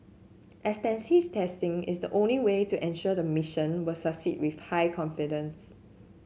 extensive testing is the only way to ensure the mission will succeed with high confidence